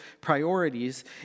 priorities